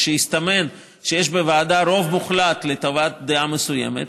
כשהסתמן שיש בוועדה רוב מוחלט לטובת דעה מסוימת,